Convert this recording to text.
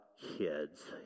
kids